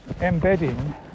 embedding